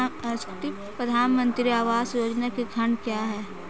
प्रधानमंत्री आवास योजना के खंड क्या हैं?